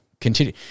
continue